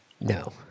No